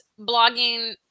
blogging